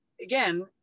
again